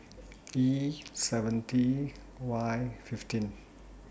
E seventy Y fifteen